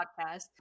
podcast